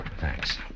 thanks